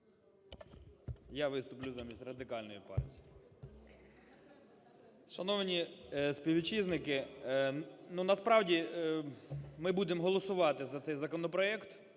Я виступлю замість Радикальної партії. Шановні співвітчизники! Ну, насправді ми будемо голосувати за цей законопроект,